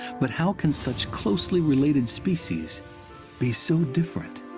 but, how can such closely related species be so different?